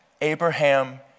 Abraham